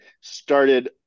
started